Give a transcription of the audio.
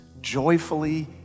Joyfully